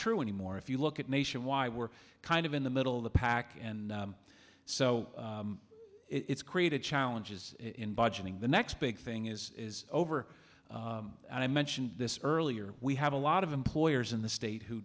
true anymore if you look at nation why we're kind of in the middle of the pack and so it's created challenges in budgeting the next big thing is over and i mentioned this earlier we have a lot of employers in the state who